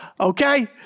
Okay